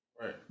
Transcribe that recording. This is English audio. right